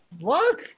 Look